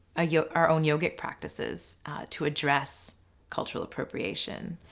ah you know our own yogic practices to address cultural appropriation.